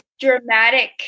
dramatic